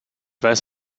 weiß